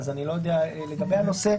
אז אני לא יודע לגבי הנושא.